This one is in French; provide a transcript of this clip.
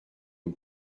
aux